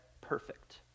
perfect